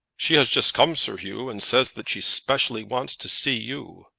she has just come, sir hugh, and says that she specially wants to see you.